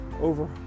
over